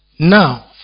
Now